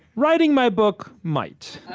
writing my book might.